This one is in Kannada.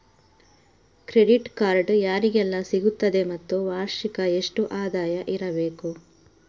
ಕ್ರೆಡಿಟ್ ಕಾರ್ಡ್ ಯಾರಿಗೆಲ್ಲ ಸಿಗುತ್ತದೆ ಮತ್ತು ವಾರ್ಷಿಕ ಎಷ್ಟು ಆದಾಯ ಇರಬೇಕು?